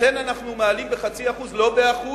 לכן אנחנו מעלים ב-0.5%, לא ב-1%,